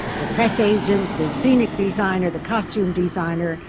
the press agent, the scenic designer, the costume designer,